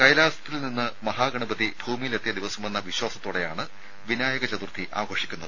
കൈലാസത്തിൽ നിന്ന് മഹാഗണപതി ഭൂമിയിലെത്തിയ ദിവസമെന്ന വിശ്വാസത്തോടെയാണ് വിനായക ചതുർത്ഥി ആഘോഷിക്കുന്നത്